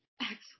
Excellent